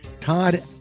Todd